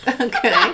Okay